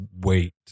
wait